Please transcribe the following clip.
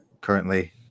currently